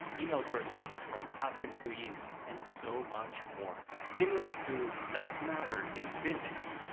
email correspondence from past employees, and so much more. similar to dark matter in physics,